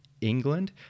england